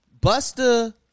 Buster